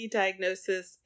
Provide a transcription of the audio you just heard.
diagnosis